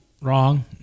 wrong